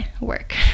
work